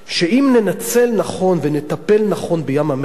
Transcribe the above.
שאם ננצל נכון, ונטפל נכון בים-המלח,